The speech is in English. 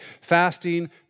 fasting